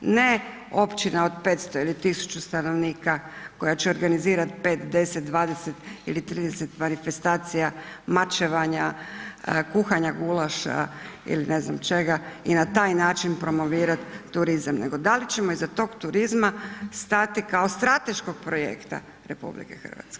Ne općina od 500 ili 1000 stanovnika koja će organizirat 5, 10, 20 ili 30 manifestacija mačevanja, kuhanja gulaša ili ne znam čega i na taj način promovirat turizam, nego da li ćemo iza tog turizma stati kao strateškog projekta RH?